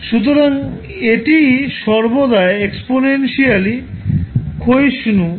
সুতরাং এটি সর্বদা এক্সপনেনশিয়ালি ক্ষয়িষ্ণু হবে